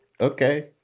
okay